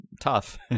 tough